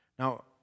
Now